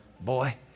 Boy